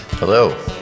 Hello